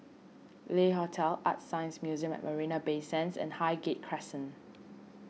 Le Hotel ArtScience Museum at Marina Bay Sands and Highgate Crescent